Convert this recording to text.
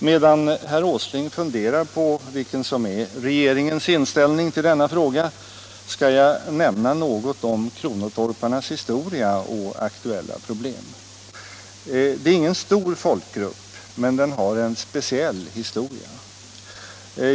Medan herr Åsling funderar på vilken som är regeringens inställning till denna fråga skall jag nämna något om kronotorparnas historia och aktuella problem. Det är ingen stor folkgrupp, men den har en speciell historia.